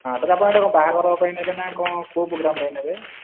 ହଁ ସାର୍ ଆପଣ ଏଇଟା ବାହାଘର ପାଇଁ ନେବେ ନା କ'ଣ କେଉଁ ପ୍ରୋଗ୍ରାମ୍ ପାଇଁ ନେବେ